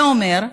זה אומר,